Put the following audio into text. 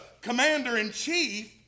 commander-in-chief